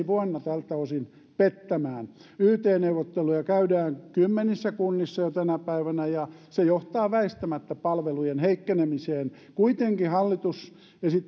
vuonna tältä osin pettämään yt neuvotteluja käydään kymmenissä kunnissa jo tänä päivänä ja se johtaa väistämättä palvelujen heikkenemiseen kuitenkin hallitus